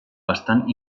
bastant